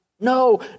no